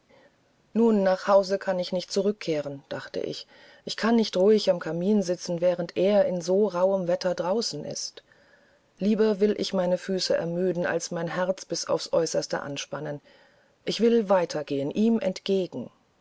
nun nach hause kann ich nicht zurückkehren dachte ich ich kann nicht ruhig am kamin sitzen während er in so rauhem wetter draußen ist lieber will ich meine füße ermüden als mein herz bis aufs äußerste anspannen ich will weiter gehen ihm entgegen